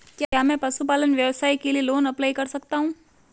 क्या मैं पशुपालन व्यवसाय के लिए लोंन अप्लाई कर सकता हूं?